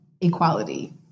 equality